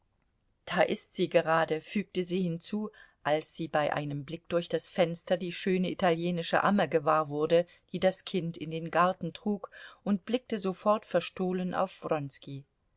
da ist sie gerade fügte sie hinzu als sie bei einem blick durch das fenster die schöne italienische amme gewahr wurde die das kind in den garten trug und blickte sofort verstohlen auf